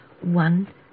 one